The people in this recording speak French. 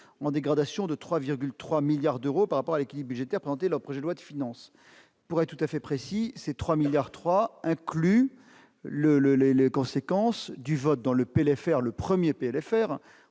en dégradation de 3,3 milliards d'euros par rapport à l'équilibre budgétaire présenté dans le projet de loi de finances. Pour être tout à fait précis, ces 3,3 milliards d'euros incluent les conséquences du vote sur le premier